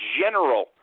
general